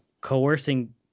coercing